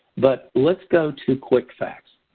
but let's go to quickfacts.